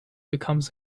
becomes